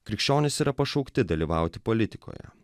krikščionys yra pašaukti dalyvauti politikoje